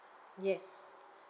yes